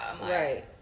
Right